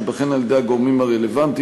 הוא ייבחן על-ידי הגורמים הרלוונטיים,